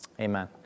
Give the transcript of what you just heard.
Amen